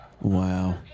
Wow